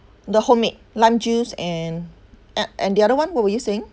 the homemade lime juice and ah and the other [one] what were you saying